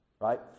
right